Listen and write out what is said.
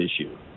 issue